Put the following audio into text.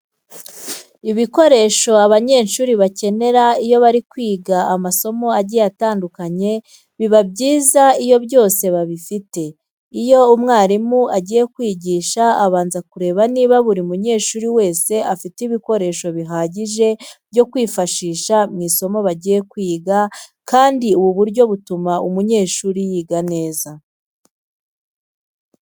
Ibikoresho abanyeshuri bakenera iyo bari kwiga amasomo agiye atandukanye biba byiza iyo byose babifite. Iyo umwarimu agiye kwigisha abanza kureba niba buri munyeshuri wese afite ibikoresho bihagije byo kwifashisha mu isomo bagiye kwiga kandi ubu buryo butuma umunyeshuri yiga neza.